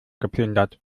geplündert